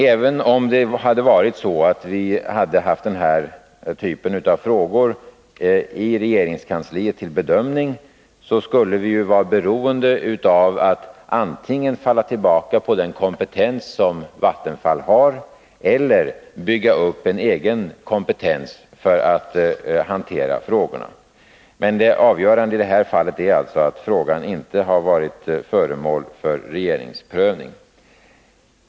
Även om vi hade haft den här typen av frågor till bedömning i regeringskansliet, skulle vi ha varit beroende avatt antingen falla tillbaka på den kompetens som Vattenfall har eller bygga upp en egen kompetens för att hantera frågorna. Men det avgörande i det här fallet är alltså att frågan inte har varit föremål för regeringens prövning.